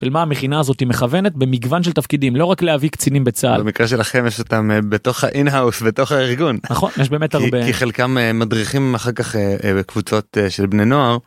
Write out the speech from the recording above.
מה המכינה הזאת מכוונת במגוון של תפקידים לא רק להביא קצינים בצהל במקרה שלכם יש אותם בתוך האין האוס בתוך הארגון חלקם מדריכים אחר כך קבוצות של בני נוער.